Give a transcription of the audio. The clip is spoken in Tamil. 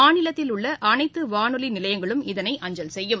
மாநிலத்தில் உள்ளஅனைத்துவானொலிநிலையங்களும் இதனை அஞ்சல் செய்யும்